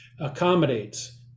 accommodates